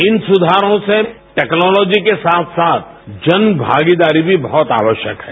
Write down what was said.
इन सुधारों से टेक्नोलॉजी के साथ साथ जन भागीदारी भी बहुत आवश्यक है